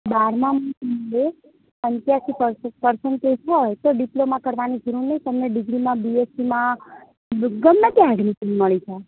બારમામાં પંચ્યાસી પર્સન્ટેજ હોય તો ડિપ્લોમા કરવાની જરૂર નહીં તમને ડિગ્રીમાં બી એસ સી માં ગમે ત્યાં એડમિશન મળી જાય